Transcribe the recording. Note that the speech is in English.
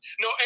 no